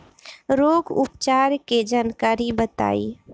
रोग उपचार के जानकारी बताई?